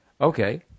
Okay